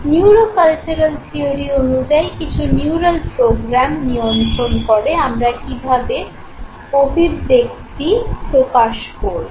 neuro cultural theory অনুযায়ী কিছু neural program নিয়ন্ত্রণ করে আমরা কীভাবে অভিব্যক্তি প্রকাশ করবো